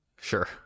sure